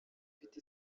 ifite